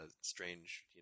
strange